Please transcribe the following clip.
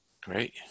Great